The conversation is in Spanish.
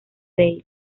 dave